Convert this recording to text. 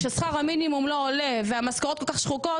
כאשר שכר המינימום לא עולה והמשכורות כל כך שחוקות,